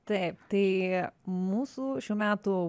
taip tai mūsų šių metų